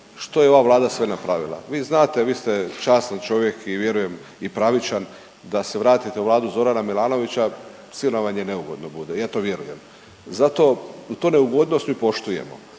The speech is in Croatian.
što je ova vlada sve napravila. Vi znate, vi ste častan čovjek i vjerujem i pravičan da se vratite u vladu Zorana Milanovića sigurno vam je neugodno bude, ja to vjerujem. Zato, tu neugodnost mi poštujemo